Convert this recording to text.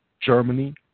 Germany